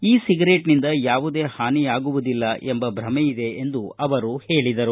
E cigarette ನಿಂದ ಯಾವುದೇ ಹಾನಿಯಾಗುವುದಿಲ್ಲ ಎಂಬ ಭ್ರಮೆಯಿದೆ ಎಂದು ಅವರು ಹೇಳಿದರು